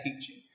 teaching